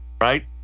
right